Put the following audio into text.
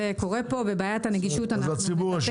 שירות לציבור.